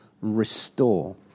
restore